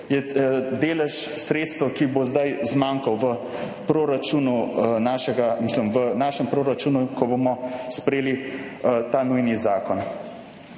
je delež sredstev, ki bo zdaj zmanjkal v našem proračunu, ko bomo sprejeli ta nujni zakon.